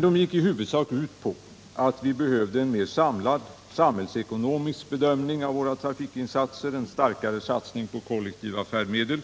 De gick i huvudsak ut på att vi behövde en mer samlad samhällsekonomisk bedömning av våra trafikinsatser, en starkare satsning på kollektiva färdmedel,